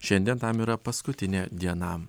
šiandien tam yra paskutinė diena